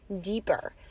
deeper